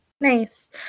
Nice